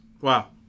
Wow